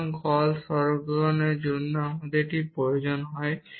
সুতরাং কল সরলীকরণের জন্য আমাদের এটি প্রয়োজন হবে